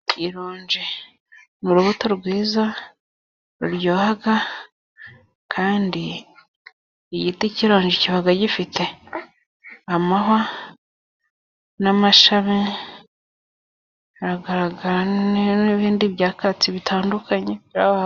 Ironji ni urubuto rwiza ruryoha kandi igiti cy'ironji kiba gifite amahwa n'amashami, haragaragara n'ibindi byakatsi bitandukanye.